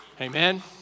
Amen